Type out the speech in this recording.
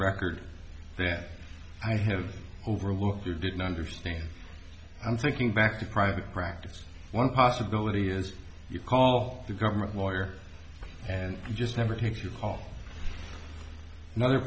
record that i have overlooked or didn't understand i'm thinking back to private practice one possibility is you call the government lawyer and you just never takes your call another